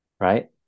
right